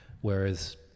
Whereas